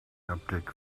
haptic